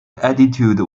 attitude